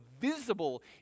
visible